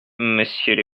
monsieur